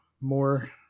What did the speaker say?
more